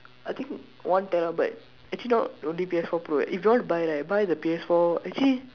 I think one terabyte actually not don't need P_S four pro if you want to buy right buy the P_S four actually